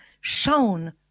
shown